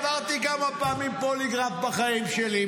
עברתי כמה פעמים פוליגרף בחיים שלי,